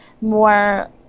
more